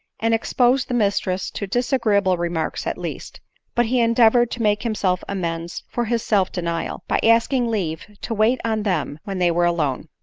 and expose the mistress to disagreeable remarks at least but he endeavored to make himself amends for his self-denial, by asking leave to wait on them when they were alone.